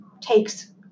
takes